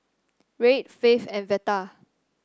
Reid Faith and Veta